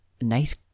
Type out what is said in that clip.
nice